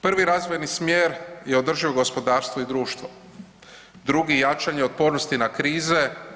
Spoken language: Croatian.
Prvi razvojni smjer je održivo gospodarstvo i društvo, drugi jačanje otpornosti na krize.